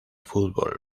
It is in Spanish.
fútbol